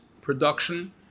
production